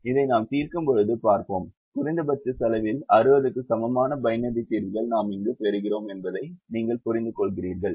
இதை நாம் தீர்க்கும்போது பார்ப்போம் குறைந்தபட்ச செலவில் 60 க்கு சமமான பைனரி தீர்வுகளை நாம் இங்கு பெறுகிறோம் என்பதை நீங்கள் புரிந்துகொள்கிறீர்கள்